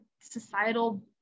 societal